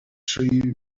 tree